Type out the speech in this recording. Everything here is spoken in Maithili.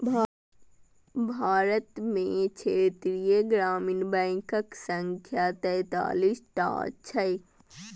भारत मे क्षेत्रीय ग्रामीण बैंकक संख्या तैंतालीस टा छै